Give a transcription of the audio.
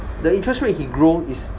the interest rate he grow is